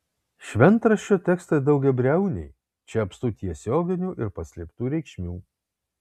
šventraščio tekstai daugiabriauniai čia apstu tiesioginių ir paslėptų reikšmių